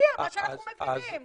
ונצביע מה שאנחנו מבינים.